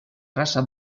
raça